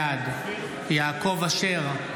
בעד יעקב אשר,